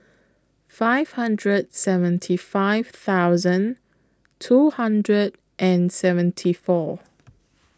five hundred seventy five thousand two hundred and seventy four